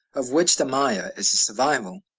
of which the maya is a survival,